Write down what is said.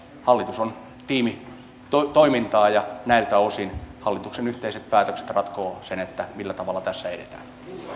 hallitus on tiimitoimintaa ja näiltä osin hallituksen yhteiset päätökset ratkovat sen millä tavalla tässä edetään